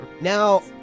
Now